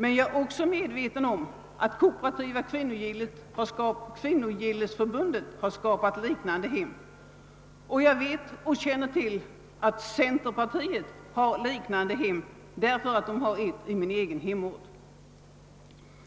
Men jag vet att även Kooperativa kvinnogillesförbundet skapat liknande hem, och jag känner till att centerpartiet också har gjort det — bl.a. ett på min egen hemort: